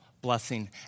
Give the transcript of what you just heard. blessing